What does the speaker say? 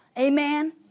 Amen